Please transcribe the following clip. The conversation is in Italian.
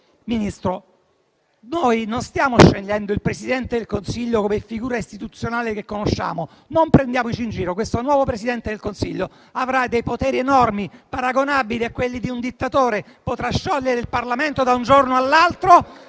Ministro. Noi non stiamo scegliendo il Presidente del Consiglio come figura istituzionale che conosciamo. Non prendiamoci in giro, questo nuovo Presidente del Consiglio avrà dei poteri enormi, paragonabili a quelli di un dittatore. *(Applausi. Commenti).* Potrà sciogliere il Parlamento da un giorno all'altro